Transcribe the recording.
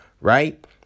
Right